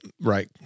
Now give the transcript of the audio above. Right